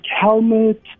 helmet